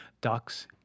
ducks